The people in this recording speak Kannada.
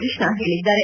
ಕೃಷ್ಣ ಹೇಳಿದ್ದಾರೆ